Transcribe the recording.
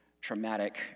traumatic